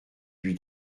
lui